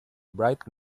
bright